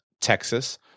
Texas –